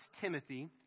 Timothy